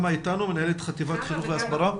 איתנו, מנהלת חטיבת חינוך והסברה?